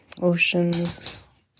oceans